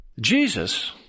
Jesus